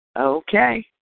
Okay